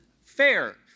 Fair